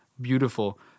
beautiful